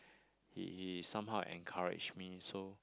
he he somehow encourage me so